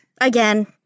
Again